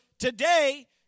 Today